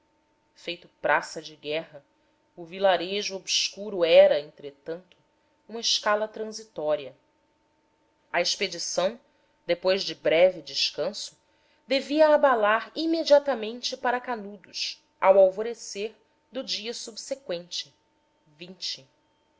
feito praça de guerra o vilarejo obscuro era entretanto uma escala transitória a expedição depois de breve descanso devia abalar imediatamente para canudos ao alvorecer do dia subseqüente